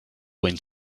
wind